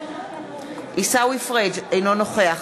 אינו נוכח